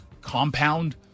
compound